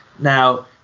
Now